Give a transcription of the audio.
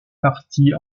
partit